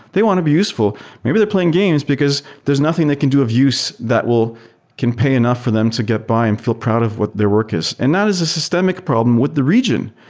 they want to useful. maybe they're playing games because there's nothing they can do of use that can pay enough for them to get by and feel proud of what their work is, and that is a system problem with the region.